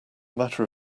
matter